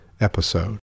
episode